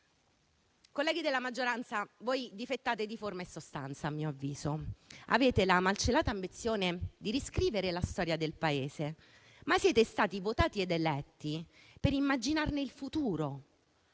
Colleghi della maggioranza, voi difettate di forma e sostanza, a mio avviso. Avete la malcelata ambizione di riscrivere la storia del Paese, ma siete stati votati ed eletti per immaginarne il futuro,